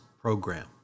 program